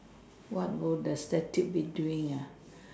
what would the statue be doing ah